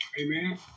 Amen